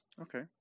Okay